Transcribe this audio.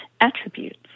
attributes